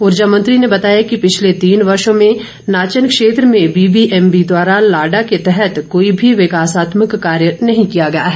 ऊर्जा मंत्री ने बताया कि पिछले तीन वर्षो में नाचन क्षेत्र में बीबीएमबी द्वारा लाडा के तहत कोई भी विकासात्मक कार्य नहीं किया गया है